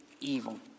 evil